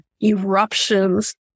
eruptions